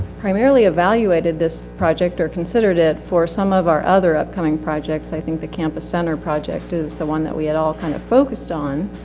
primarily evaluated this project or considered it for some of our other upcoming projects. i think the campus center project is the one that we had all kind of focused on.